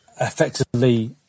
effectively